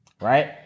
right